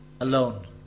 alone